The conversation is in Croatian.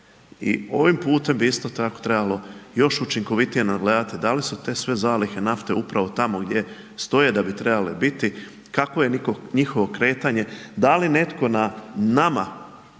I ovim putem bi isto tako trebalo još učinkovitije nadgledati da li su te sve zalihe nafte upravo tamo gdje stoje da bi trebale biti, kako je njihovo kretanje, da li netko na nama